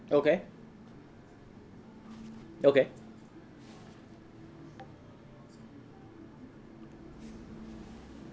okay okay